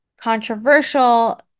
controversial